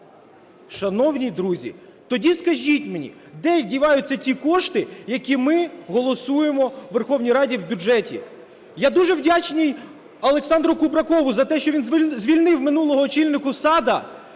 Шановні друзі, тоді скажіть мені, де діваються ті кошти, які ми голосуємо у Верховній Раді в бюджеті? Я дуже вдячний Олександру Кубракову за те, що він звільнив минулого очільника САД,